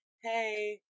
hey